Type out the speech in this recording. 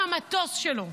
נחת פה עם המטוס שלו,